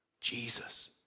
Jesus